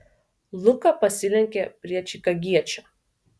luka pasilenkė prie čikagiečio